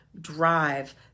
drive